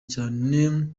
cyane